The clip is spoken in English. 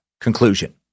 conclusion